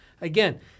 Again